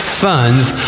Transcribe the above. sons